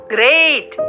Great